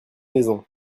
maison